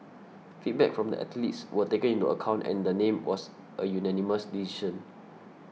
feedback from the athletes were taken into account and the name was a unanimous decision